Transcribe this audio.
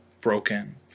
broken